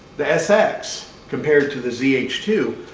the sx, compared to the z h two.